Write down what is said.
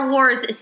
Wars